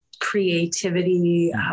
creativity